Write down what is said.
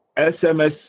SMS